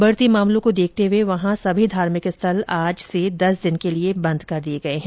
बढ़ते मामलों को देखते हुए वहां सभी धार्मिक स्थल आज से दस दिन के लिए बंद कर दिए गए हैं